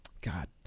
God